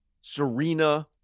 Serena